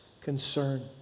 concern